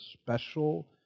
special